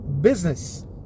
business